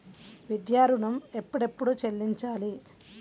విద్యా ఋణం ఎప్పుడెప్పుడు చెల్లించాలి?